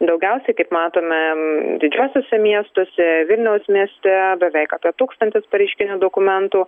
daugiausiai kaip matome didžiuosiuose miestuose vilniaus mieste beveik apie tūkstantis pareiškinių dokumentų